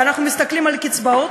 ואנחנו מסתכלים על הקצבאות,